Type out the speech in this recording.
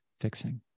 fixing